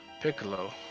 Piccolo